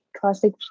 Classic